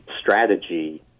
strategy